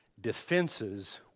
defenses